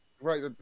Right